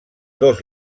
dos